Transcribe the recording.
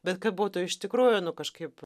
bet kad būtų iš tikrųjų nu kažkaip